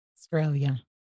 Australia